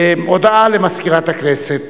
הודעה למזכירת הכנסת.